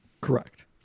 Correct